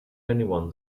anyone